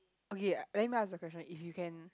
okay let me ask a question if you can